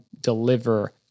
deliver